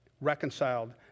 reconciled